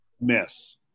miss